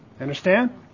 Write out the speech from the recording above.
understand